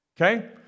okay